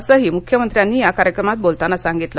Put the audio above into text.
असंही मुख्यमंत्र्यांनी या कार्यक्रमात बोलताना सांगितलं